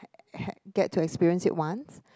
get to experienced it once